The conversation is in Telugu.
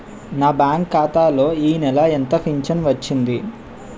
నా బ్యాంక్ ఖాతా లో ఈ నెల ఎంత ఫించను వచ్చింది?